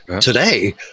today